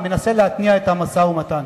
אני מנסה להתניע את המשא-ומתן.